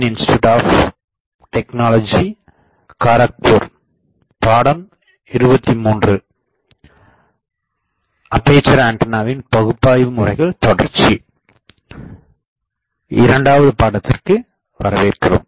இரண்டாவது பாடத்திற்கு வரவேற்கிறோம்